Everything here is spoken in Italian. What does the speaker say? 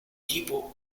tipo